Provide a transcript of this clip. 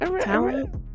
talent